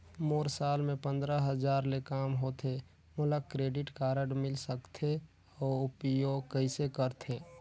मोर साल मे पंद्रह हजार ले काम होथे मोला क्रेडिट कारड मिल सकथे? अउ उपयोग कइसे करथे?